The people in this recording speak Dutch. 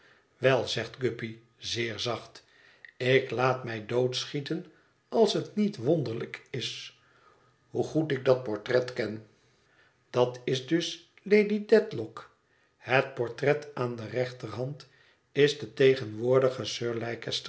wel zegt guppy zeer zacht ik laat mij doodschieten als het niet wonderlijk is hoe goed ik dat portret ken dat is dus lady dedlock het portret aan de rechterhand is de tegenwoordige